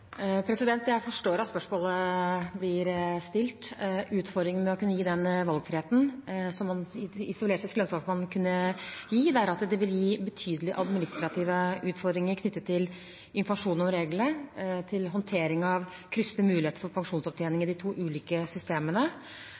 Jeg forstår at spørsmålet blir stilt. Utfordringen med å kunne gi den valgfriheten som man isolert sett skulle ønske at man kunne gi, er at det vil gi betydelige administrative utfordringer knyttet til informasjon om reglene for håndtering av kryssende muligheter for pensjonsopptjening i de to ulike systemene,